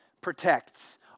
protects